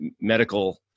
medical